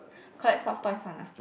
collect soft toys one ah